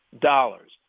dollars